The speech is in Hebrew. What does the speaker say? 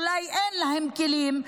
אולי אין להם כלים,